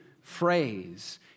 phrase